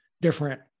different